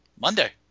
Monday